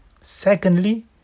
Secondly